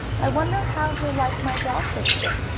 i wonder how he'll like my dog-biscuit,